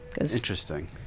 interesting